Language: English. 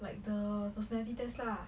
like the personality test lah